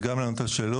זה גם לענות על שאלות,